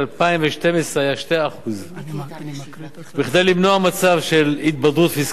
היה 2%. כדי למנוע מצב של התבדרות פיסקלית